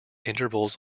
intervals